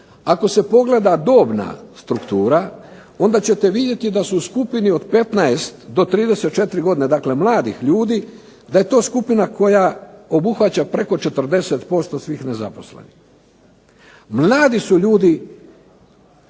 Ako se pogleda dobna struktura onda ćete vidjeti da su u skupini od 15 do 34 godine, dakle mladih ljudi, da je to skupina koja obuhvaća preko 40% svih nezaposlenih. Mladi su ljudi